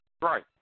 Right